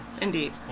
Indeed